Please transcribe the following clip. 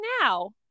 now